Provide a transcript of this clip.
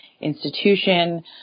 institution